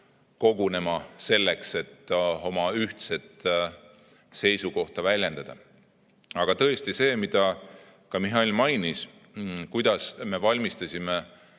kogunema, selleks et oma ühtset seisukohta väljendada. Aga tõesti, see, mida ka Mihhail mainis, kuidas me valmistasime